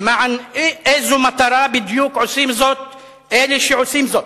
למען איזו מטרה בדיוק עושים זאת אלה שעושים זאת?